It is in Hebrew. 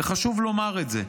וחשוב לומר את זה,